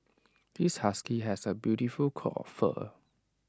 this husky has A beautiful coat of fur